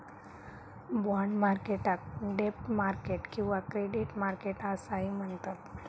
bond मार्केटाक डेब्ट market किंवा क्रेडिट मार्केट असाही म्हणतत